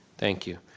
thank you.